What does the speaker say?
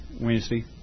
Wednesday